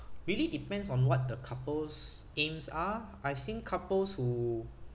really depends on what the couple's aims are I've seen couples who